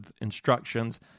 instructions